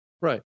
Right